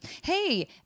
Hey